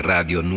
Radio